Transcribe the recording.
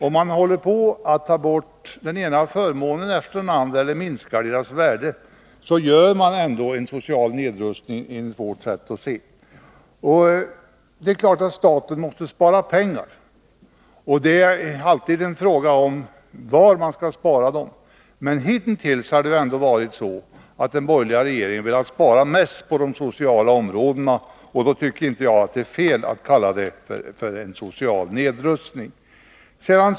Om man tar bort den ena förmånen efter den andra eller minskar dess värde, så gör man enligt vårt sett att se en social nedrustning. Det är klart att staten måste spara pengar. Det är alltid en fråga om var man skall spara dem. Men hitintills har det ändå varit så att de borgerliga regeringarna velat spara mest på de sociala områdena, och då tycker jag inte att det är fel att kalla det för social nedrustning.